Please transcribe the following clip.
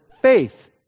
faith